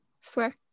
swear